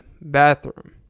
bathroom